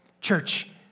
Church